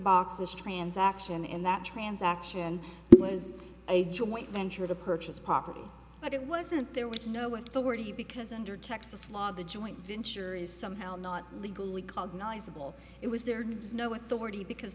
boxes transaction and that transaction was a joint venture to purchase property but it wasn't there was no authority because under texas law the joint venture is somehow not legally called noise of will it was there does no authority because